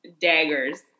daggers